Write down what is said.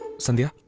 sandhya,